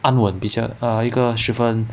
安稳比较 err 一个十分